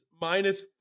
minus